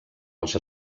els